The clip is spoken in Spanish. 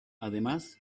además